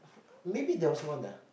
maybe there was one ah